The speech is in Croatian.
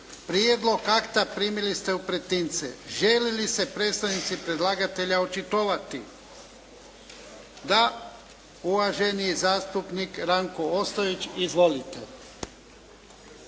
Prijedlog akta primili ste u pretince. Žele li se predstavnici predlagatelja očitovati? Da. Uvaženi zastupnik Ranko Ostojić. Izvolite.